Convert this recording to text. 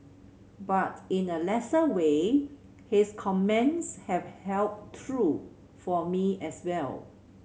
but in a lesser way his comments have held true for me as well